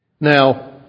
Now